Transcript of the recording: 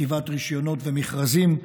כתיבת רישיונות ומכרזים,